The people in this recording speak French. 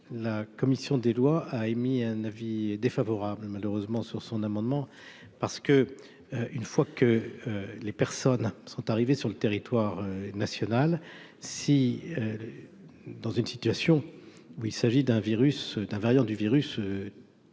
la commission des lois a émis un avis défavorable, malheureusement sur son amendement parce que, une fois que les personnes sont arrivées sur le territoire national, si dans une situation où il s'agit d'un virus d'un variant du virus